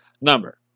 number